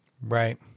Right